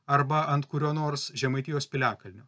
arba ant kurio nors žemaitijos piliakalnio